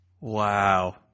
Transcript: Wow